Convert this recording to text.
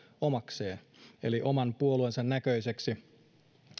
omakseen eli oman puolueensa näköiseksi